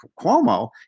Cuomo